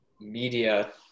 media